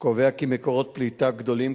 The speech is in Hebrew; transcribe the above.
קובע כי מקורות פליטה גדולים,